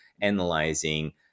analyzing